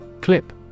Clip